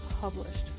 published